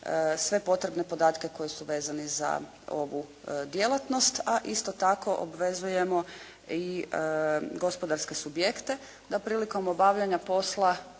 sve potrebne podatke koji su vezani za ovu djelatnost, a isto tako obvezujemo i gospodarske subjekte da prilikom obavljanja posla